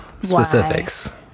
specifics